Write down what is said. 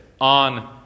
on